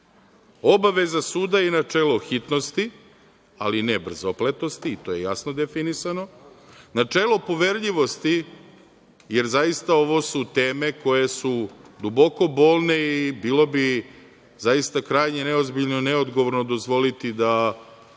odluke. Obaveza suda i načelo hitnosti, ali ne brzopletosti i to je jasno definisano, načelo poverljivosti, jer zaista ovo su teme koje su duboko bolne i bilo bi zaista krajnje neozbiljno i neodgovorno dozvoliti da